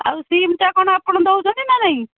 ଆଉ ସିମ୍ଟା କ'ଣ ଆପଣ ଦେଉଛନ୍ତି ନା ନାହିଁ